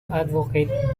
advocate